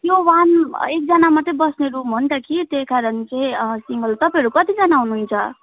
त्यो वान एकजना मात्रै बस्ने रुम हो नि त कि त्यही कारण चाहिँ सिङ्गल तपाईँहरू कतिजना हुनुहुन्छ